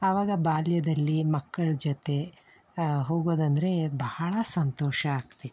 ಆವಾಗ ಬಾಲ್ಯದಲ್ಲಿ ಮಕ್ಕಳ ಜೊತೆ ಹೋಗೋದಂದರೆ ಬಹಳ ಸಂತೋಷ ಆಗ್ತಿತ್ತು